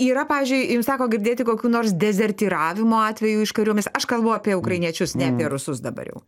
yra pavyzdžiui jums teko girdėti kokių nors dezertyravimo atvejų iš kariuomenės aš kalbu apie ukrainiečius ne apie rusus dabar jau